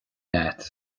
agat